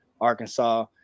Arkansas